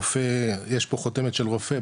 יש פה חותמת של רופא,